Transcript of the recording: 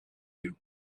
you